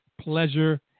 pleasure